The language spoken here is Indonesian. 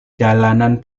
jalanan